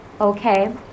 Okay